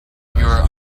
your